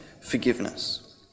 forgiveness